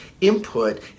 input